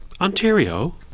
Ontario